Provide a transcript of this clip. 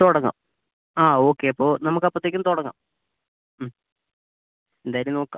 തുടങ്ങാം ആ ഓക്കെ അപ്പോൾ നമുക്കപ്പോഴത്തേക്കും തുടങ്ങാം എന്തായാലും നോക്കാം